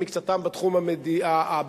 מקצתם בתחום הביטחוני,